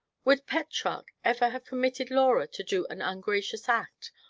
would petrarch ever have permitted laura to do an ungracious act,